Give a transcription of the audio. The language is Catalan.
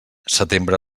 setembre